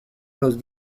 los